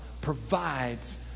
provides